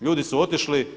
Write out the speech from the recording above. Ljudi su otišli.